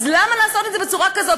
אז למה לעשות את זה בצורה כזאת?